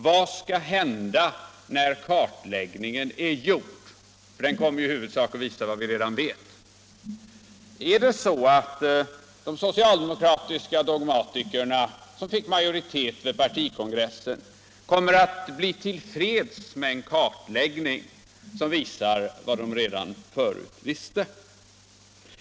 Vad skall hända när kartläggningen är gjord — eftersom den ju i huvudsak kommer att visa vad vi redan vet? Kommer de socialdemokratiska dogmatiker som fick majoritet vid partikongressen att bli till freds med en kartläggning som visar vad de redan förut visste?